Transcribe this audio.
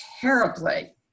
terribly